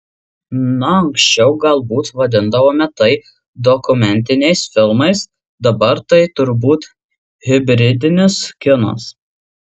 na anksčiau galbūt vadindavome tai dokumentiniais filmais dabar tai turbūt hibridinis kinas